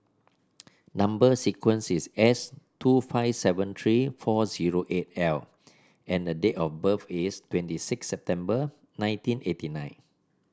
number sequence is S two five seven three four zero eight L and the date of birth is twenty six September nineteen eighty nine